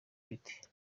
bite